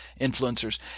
influencers